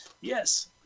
Yes